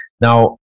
Now